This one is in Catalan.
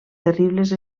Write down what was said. terribles